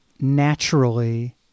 naturally